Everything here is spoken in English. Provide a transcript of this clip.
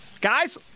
guys